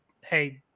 Hey